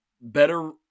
better